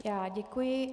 Já děkuji.